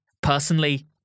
Personally